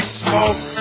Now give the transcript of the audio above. smoke